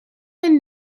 and